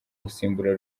gusimbura